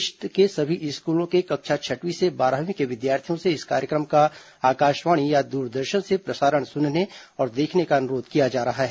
देश के सभी स्कूलों के कक्षा छठवीं से बारहवीं के विद्यार्थियों से इस कार्यक्रम का आकाशवाणी या दूरदर्शन से प्रसारण सुनने और देखने का अनुरोध किया जा रहा है